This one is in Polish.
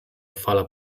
fala